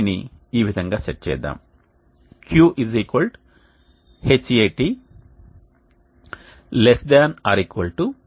శ్రేణి ని ఈ విధంగా సెట్ చేద్దాం Q Hat ≤ min Hat